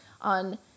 on